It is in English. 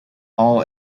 all